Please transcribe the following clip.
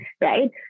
right